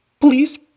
Please